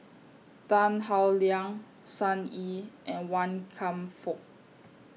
Tan Howe Liang Sun Yee and Wan Kam Fook